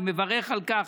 אני מברך על כך.